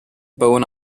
bowen